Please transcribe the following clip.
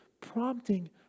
prompting